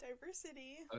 diversity